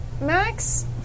Max